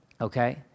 okay